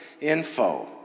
info